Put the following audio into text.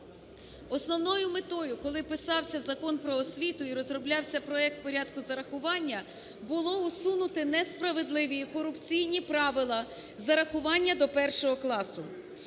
Основною метою, коли писався Закон "Про освіту" і розроблявся проект порядку зарахування, було усунути несправедливі і корупційні правила зарахування до 1-го класу.